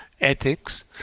ethics